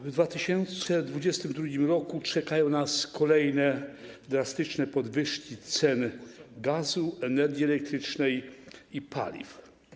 W 2022 r. czekają nas kolejne drastyczne podwyżki cen gazu, energii elektrycznej i paliw.